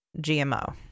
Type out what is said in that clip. GMO